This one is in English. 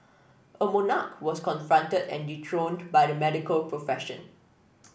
a monarch was confronted and dethroned by the medical profession